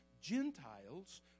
Gentiles